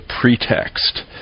pretext